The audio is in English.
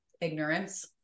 ignorance